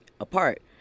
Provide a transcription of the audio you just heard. apart